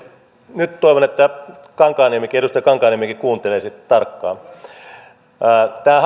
nyt toivon että edustaja kankaanniemikin kuuntelee sitten tarkkaan kun tämä